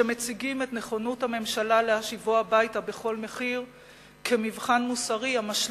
שמציגים את נכונות הממשלה להשיבו הביתה בכל מחיר כמבחן מוסרי המשליך,